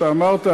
שאתה אמרת,